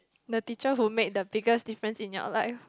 the teacher who made the biggest difference in your life